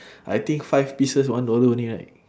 I think five pieces one dollar only right